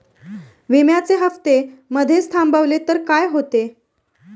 विम्याचे हफ्ते मधेच थांबवले तर काय होते?